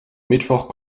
mittwoch